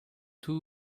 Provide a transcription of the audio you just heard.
two